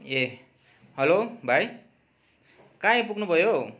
ए hello भाइ कहाँ आइपुग्नु भयो